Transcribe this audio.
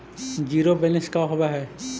Zero balance का होव हइ?